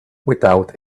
without